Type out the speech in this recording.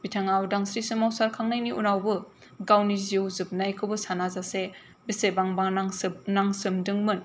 बिथाङा उदांस्रि सोमावसार खांनायनि उनावबो गावनि जिउ जोबनायखौबो सानाजासे बेसेबांबा नांसोमदोंमोन